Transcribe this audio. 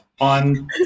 on